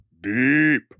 deep